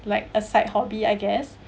like a side hobby I guess